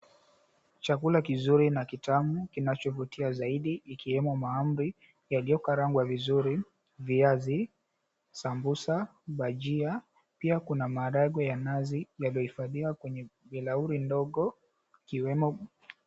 Chakula kizuri mna kitamu kinachovutia zaidi ikiwemo mahamri yaliyokarangwa vizuri, viazi, sambusa, bajia. Pia kuna maharagwe ya nazi yaliyohifadhiwa kwenye bilauri ndogo ikiwemo.